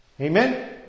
Amen